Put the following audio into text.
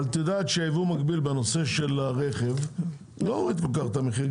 אבל את יודעת שייבוא מקביל בנושא של הרכב לא הוריד כל כך את המחיר,